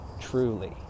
truly